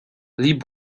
lee